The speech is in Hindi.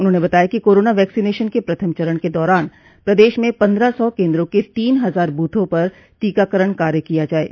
उन्होंने बताया कि कोरोना वैक्सीनेशन के प्रथम चरण के दौरान प्रदेश में पन्द्रह सौ केन्द्रों के तीन हजार बूथों पर टीकाकरण कार्य किया जायेगा